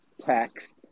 text